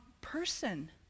person